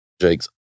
Jake's